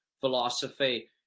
philosophy